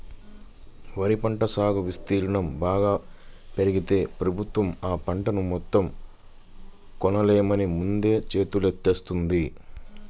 వరి పంట సాగు విస్తీర్ణం బాగా పెరిగితే ప్రభుత్వం ఆ పంటను మొత్తం కొనలేమని ముందే చేతులెత్తేత్తంది